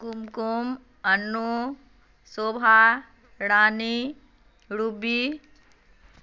Kumkum Annu Shobha Rani Ruby